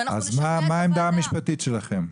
מה העמדה המשפטית שלכם?